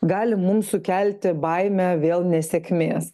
gali mums sukelti baimę vėl nesėkmės